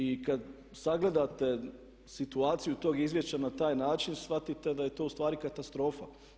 I kad sagledate situaciju tog izvješća na taj način shvatite da je to ustvari katastrofa.